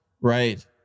right